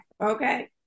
okay